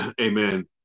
amen